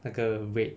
那个 rate